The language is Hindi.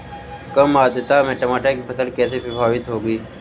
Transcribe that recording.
कम आर्द्रता में टमाटर की फसल कैसे प्रभावित होगी?